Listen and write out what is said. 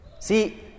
See